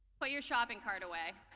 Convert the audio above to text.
put your shopping cart away.